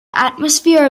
atmosphere